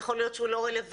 יכול להיות שהוא לא רלוונטי.